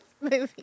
movie